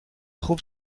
خوب